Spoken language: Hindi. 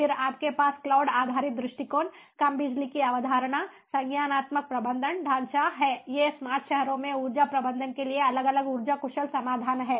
फिर आपके पास क्लाउड आधारित दृष्टिकोण कम बिजली की अवधारणा संज्ञानात्मक प्रबंधन ढांचा है ये स्मार्ट शहरों में ऊर्जा प्रबंधन के लिए अलग अलग ऊर्जा कुशल समाधान हैं